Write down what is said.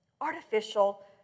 Artificial